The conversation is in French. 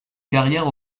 carrière